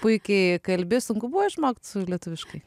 puikiai kalbi sunku buvo išmokt lietuviškai